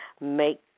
make